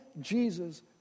Jesus